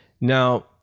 Now